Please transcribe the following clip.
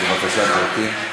בבקשה, גברתי.